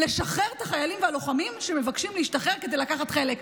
לשחרר את החיילים והלוחמים שמבקשים להשתחרר כדי לקחת חלק.